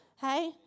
Hey